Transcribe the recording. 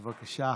בבקשה.